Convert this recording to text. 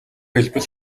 хэлбэл